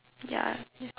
ya